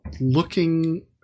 looking